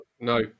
no